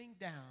down